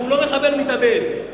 והוא לא מחבל מתאבד,